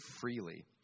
freely